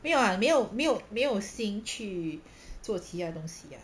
没有啊没有没有没有心去做其他的东西啊